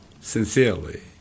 sincerely